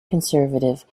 conservative